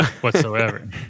whatsoever